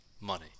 money